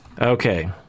Okay